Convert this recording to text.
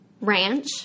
Ranch